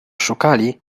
szukali